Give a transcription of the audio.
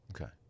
Okay